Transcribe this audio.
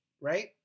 right